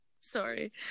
Sorry